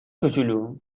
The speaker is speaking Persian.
کوچولو